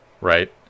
Right